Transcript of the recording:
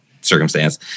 circumstance